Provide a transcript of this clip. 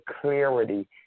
clarity